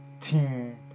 team